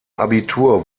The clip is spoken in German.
abitur